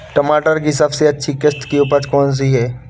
टमाटर की सबसे अच्छी किश्त की उपज कौन सी है?